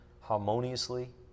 harmoniously